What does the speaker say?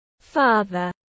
father